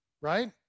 right